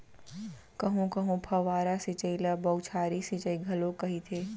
कहूँ कहूँ फव्वारा सिंचई ल बउछारी सिंचई घलोक कहिथे